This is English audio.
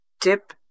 dip